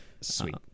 Sweet